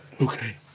Okay